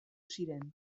ziren